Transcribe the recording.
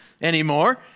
anymore